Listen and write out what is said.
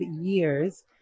years